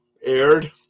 Aired